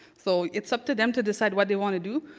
so it's up to them to decide what they want to do,